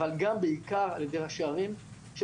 אבל גם בעיקר על ידי ראשי ערים שמנצלים